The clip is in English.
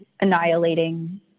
annihilating